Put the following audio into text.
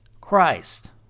Christ